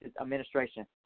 Administration